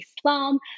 Islam